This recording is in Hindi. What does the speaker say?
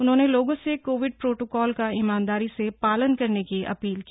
उन्होने लोगों से कोविड प्रोटोकॉल का ईमानदारी से पालन करने की अपील की